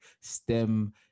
STEM